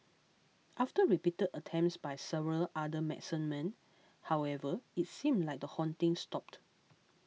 after repeated attempts by several other medicine men however it seemed like the haunting stopped